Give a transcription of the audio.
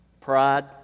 pride